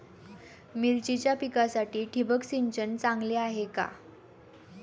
मिरचीच्या पिकासाठी ठिबक सिंचन चांगले आहे का?